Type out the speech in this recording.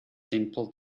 simple